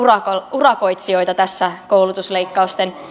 urakoitsijoita tässä koulutusleikkausten